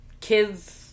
kids